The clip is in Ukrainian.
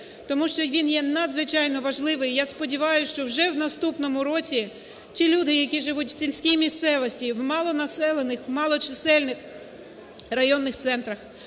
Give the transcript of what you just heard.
тому що він є надзвичайно важливий. І я сподіваюсь, що вже в наступному році ті люди, які живуть в сільській місцевості, в малонаселених, в малочисельних районних центрах